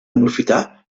aprofitar